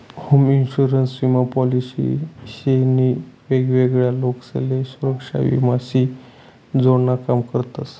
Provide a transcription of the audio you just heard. home insurance विमा policy शे नी वेगवेगळा लोकसले सुरेक्षा विमा शी जोडान काम करतस